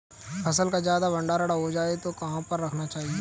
फसल का ज्यादा भंडारण हो जाए तो कहाँ पर रखना चाहिए?